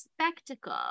spectacle